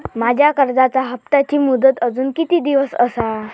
माझ्या कर्जाचा हप्ताची मुदत अजून किती दिवस असा?